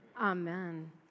Amen